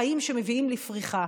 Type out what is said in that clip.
חיים שמביאים לפריחה.